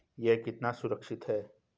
यह कितना सुरक्षित है?